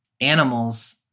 animals